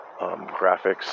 graphics